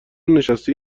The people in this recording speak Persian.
نشستی